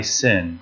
sin